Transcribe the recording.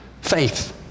Faith